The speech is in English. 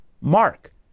Mark